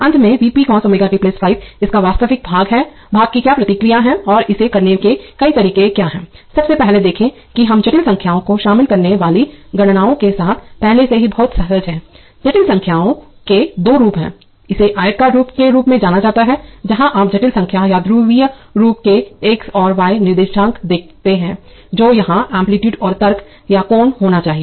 अंत मेंV p cos ω t 5 इसका वास्तविक भाग की क्या प्रतिक्रिया है और इसे करने के कई तरीके क्या हैं सबसे पहले देखें कि हम जटिल संख्याओं को शामिल करने वाली गणनाओं के साथ पहले से ही बहुत सहज हैं जटिल संख्याओं के दो रूप हैं इसे आयताकार रूप के रूप में जाना जाता है जहां आप जटिल संख्या या ध्रुवीय रूप के x और y निर्देशांक देते हैं जो यहां एम्पलीटूडे और तर्कअरगुएमेंट या कोण होना चाहिए